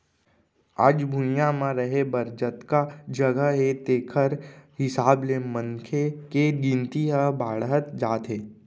आज भुइंया म रहें बर जतका जघा हे तेखर हिसाब ले मनखे के गिनती ह बाड़हत जात हे